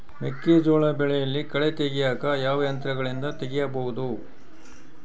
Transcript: ಮೆಕ್ಕೆಜೋಳ ಬೆಳೆಯಲ್ಲಿ ಕಳೆ ತೆಗಿಯಾಕ ಯಾವ ಯಂತ್ರಗಳಿಂದ ತೆಗಿಬಹುದು?